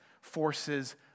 forces